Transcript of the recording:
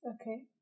Okay